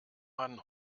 man